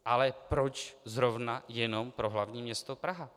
Ale proč zrovna jenom pro hlavní město Prahu?